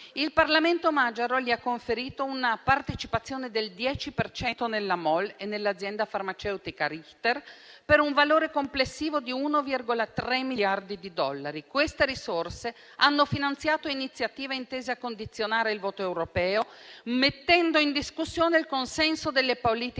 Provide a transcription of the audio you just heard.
Il Parlamento magiaro gli ha conferito una partecipazione del 10 per cento nella MOL e nell'azienda farmaceutica Richter, per un valore complessivo di 1,3 miliardi di dollari. Queste risorse hanno finanziato iniziative intese a condizionare il voto europeo, mettendo in discussione il consenso delle politiche